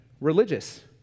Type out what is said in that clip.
religious